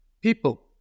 people